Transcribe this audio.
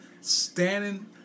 standing